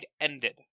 ended